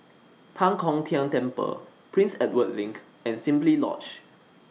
Tan Kong Tian Temple Prince Edward LINK and Simply Lodge